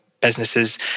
businesses